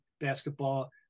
basketball